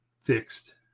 fixed